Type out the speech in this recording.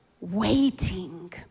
waiting